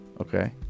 Okay